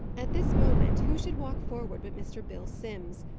at this moment, who should walk forward but mr. bill simms,